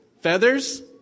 Feathers